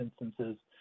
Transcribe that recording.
instances